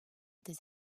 des